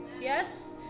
Yes